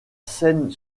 seyne